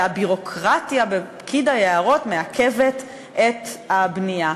והביורוקרטיה אצל פקיד היערות מעכבת את הבנייה.